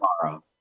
tomorrow